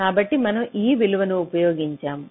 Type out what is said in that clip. కాబట్టి మనం ఈ విలువను ఉపయోగించాము